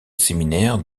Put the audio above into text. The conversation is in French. séminaire